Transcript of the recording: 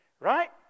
right